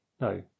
no